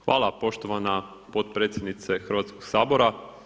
Hvala poštovana potpredsjednice Hrvatskog sabora.